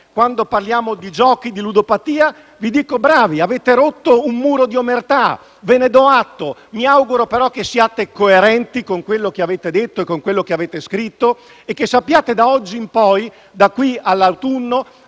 in materia di giochi e di ludopatia siete stati bravi, avete rotto un muro di omertà, ve ne do atto. Mi auguro però che siate coerenti con quello che avete detto e scritto e che sappiate da oggi in poi, da qui all'autunno,